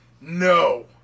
No